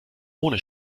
ohne